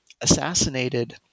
assassinated